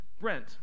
Brent